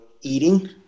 eating